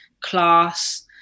class